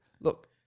look